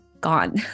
gone